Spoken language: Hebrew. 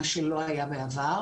מה שלא היה בעבר.